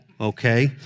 okay